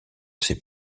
ses